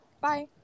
bye